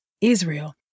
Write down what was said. Israel